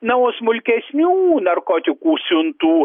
na o smulkesnių narkotikų siuntų